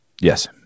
Yes